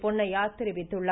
பொன்னையா தெரிவித்துள்ளார்